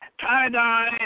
Tie-dye